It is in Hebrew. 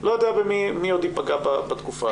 אני לא יודע מי עוד ייפגע בתקופה הזאת.